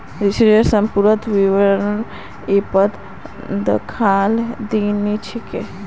ऋनेर संपूर्ण विवरण ऐपत दखाल नी दी छेक